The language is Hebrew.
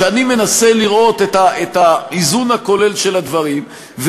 כשאני מנסה לראות את האיזון הכולל של הדברים,